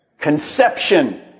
Conception